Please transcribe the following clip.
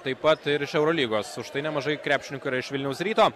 taip pat ir iš eurolygos už tai nemažai krepšininkų iš vilniaus ryto